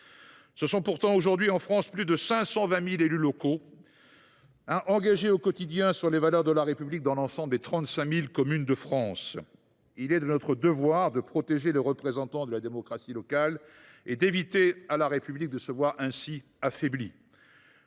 de mort. La France compte plus de 520 000 élus locaux engagés au quotidien pour défendre les valeurs de la République, dans l’ensemble des 35 000 communes de notre pays. Il est de notre devoir de protéger les représentants de la démocratie locale et d’éviter à la République de se voir ainsi affaiblie,